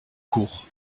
court